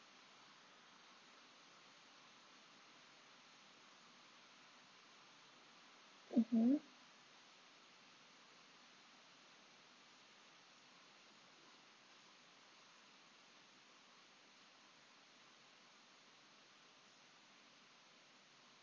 mmhmm